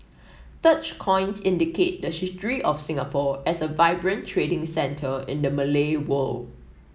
such coins indicate the history of Singapore as a vibrant trading centre in the Malay world